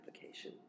application